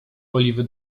oliwy